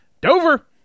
Dover